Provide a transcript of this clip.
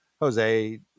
Jose